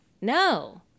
no